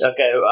Okay